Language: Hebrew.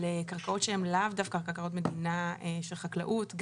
קרקעות שהן לאו דווקא קרקעות מדינה של חקלאות,